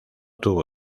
tuvo